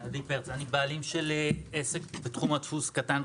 אני בעלים של עסק קטן בתחום הדפוס.